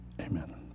Amen